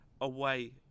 away